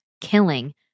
killing